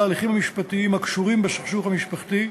ההליכים המשפטיים הקשורים לסכסוך המשפחתי,